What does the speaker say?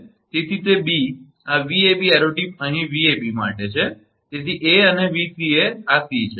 તેથી તે 𝑏 આ 𝑉𝑎𝑏 એરો ટીપ અહીં 𝑉𝑎𝑏 માટે છે તેથી 𝑎 અને 𝑉𝑐𝑎 આ 𝑐 છે